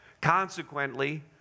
Consequently